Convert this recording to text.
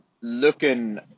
looking